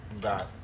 got